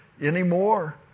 anymore